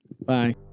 Bye